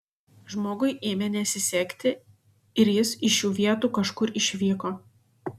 žmogui ėmė nesisekti ir jis iš šių vietų kažkur išvyko